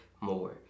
more